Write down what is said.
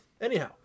Anyhow